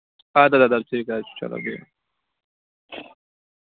اَدٕ حظ اَدٕ حظ ٹھیٖک حظ چھُ چلو بِہِو